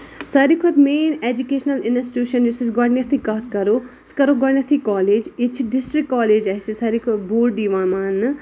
ساروی کھۄتہٕ main educational institution یُس أسۍ گۄڈٕتھٕے کَتھ کرو أسۍ کرو گۄڈٕنیتھٕے کالج ییٚتہِ چھ ڈِسٹرکٹ کالج اسہِ ساروٕے کھۄتہٕ بوٚڑ یِوان ماننہٕ